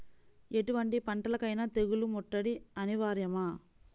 ఎటువంటి పంటలకైన తెగులు ముట్టడి అనివార్యమా?